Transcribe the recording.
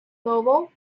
novel